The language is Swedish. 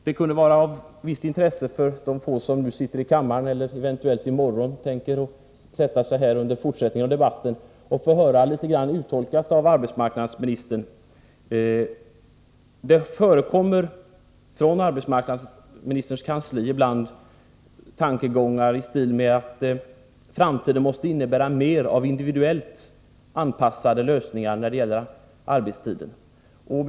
Det förekommer från arbetsmarknadsministerns kansli ibland tankegångar i stil med att framtiden måste innebära mera av individuellt anpassade lösningar när det gäller arbetstiden. Det kunde vara av intresse för de få som nu sitter i kammaren eller för dem som i morgon tänker sätta sig här under fortsättningen av debatten att få höra detta uttolkas litet grand av arbetsmarknadsministern.